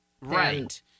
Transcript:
Right